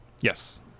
Yes